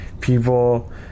people